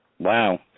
Wow